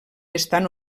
estan